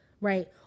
right